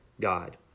God